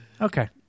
Okay